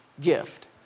gift